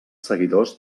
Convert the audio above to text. seguidors